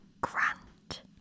Grant